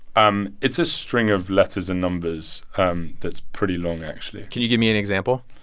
um it's a string of letters and numbers um that's pretty long, actually can you give me an example.